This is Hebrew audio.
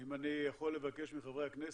אם אני יכול לבקש מחברי הכנסת,